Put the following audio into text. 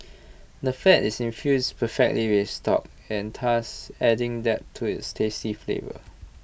the fat is infused perfectly with stock and thus adding depth to its tasty flavour